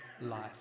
life